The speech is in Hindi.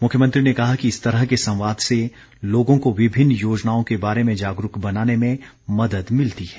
मुख्यमंत्री ने कहा कि इस तरह के संवाद से लोगों को विभिन्न योजनाओं के बारे में जागरूक बनाने में मदद मिलती है